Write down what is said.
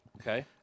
Okay